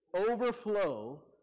overflow